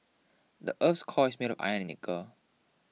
the earth's core is made of iron and nickel